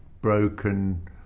broken